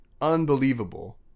unbelievable